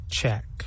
check